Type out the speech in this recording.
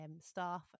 staff